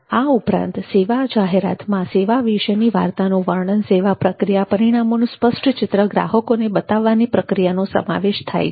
આ ઉપરાંત સેવા જાહેરાતમાં સેવા વિશેની વાર્તાનું વર્ણન સેવા પ્રક્રિયા અને પરિણામોનું સ્પષ્ટ ચિત્ર ગ્રાહકોને બતાવવાની પ્રક્રિયાનો સમાવેશ થાય છે